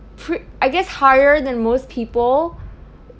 p~ I guess higher than most people